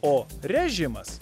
o režimas